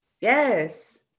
Yes